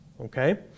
okay